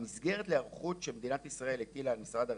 המסגרת להיערכות שמדינת ישראל הטילה על משרד הרווחה,